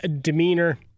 demeanor